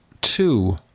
two